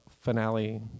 finale